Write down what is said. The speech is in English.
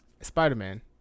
Spider-Man